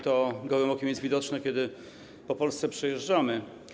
To gołym okiem jest widoczne, kiedy przez Polskę przejeżdżamy.